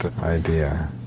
idea